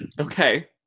Okay